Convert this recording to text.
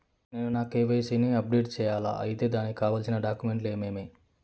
నేను నా కె.వై.సి ని అప్డేట్ సేయాలా? అయితే దానికి కావాల్సిన డాక్యుమెంట్లు ఏమేమీ?